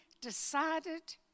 decided